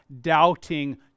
Doubting